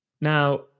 Now